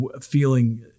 feeling